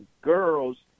girls